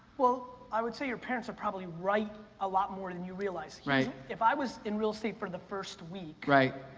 well i would say your parents are probably right a lot more than you realize. right. if i was in real estate for the first week right.